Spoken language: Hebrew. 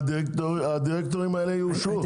שהדירקטורים האלה יאושרו.